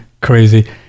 crazy